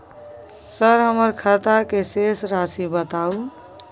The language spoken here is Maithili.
सर हमर खाता के शेस राशि बताउ?